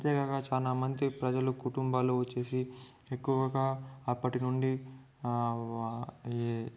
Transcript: అంతేకాక చాలా మంది ప్రజలు కుటుంబాలు వచ్చేసి ఎక్కువగా అప్పటినుండి వా యే